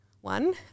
one